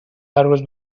هرروز